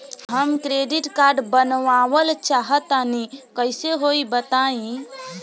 हम credit card बनवावल चाह तनि कइसे होई तनि बताई?